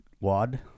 wad